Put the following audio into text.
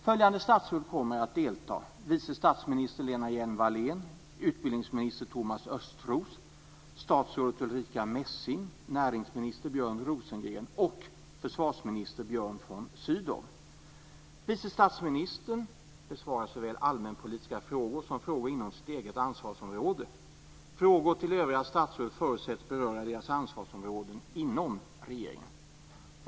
Följande statsråd kommer att delta: Jordbruksminister Margareta Winberg, utrikesminister Anna Jordbruksministern besvarar såväl allmänpolitiska frågor som frågor inom sitt eget ansvarsområde inom regeringen. Frågor till övriga statsråd förutsätts beröra deras ansvarsområden inom regeringen.